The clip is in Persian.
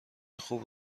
خوب